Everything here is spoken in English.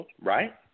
right